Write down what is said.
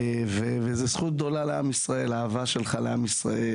זאת זכות גדולה לעם ישראל האהבה שלך לעם ישראל,